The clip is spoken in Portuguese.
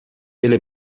ele